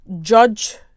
Judge